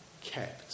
kept